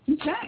Okay